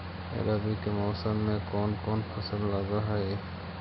रवि के मौसम में कोन कोन फसल लग है?